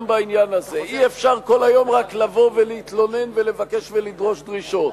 גם בעניין הזה: אי-אפשר כל היום רק לבוא ולהתלונן ולבוא ולדרוש דרישות.